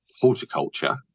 horticulture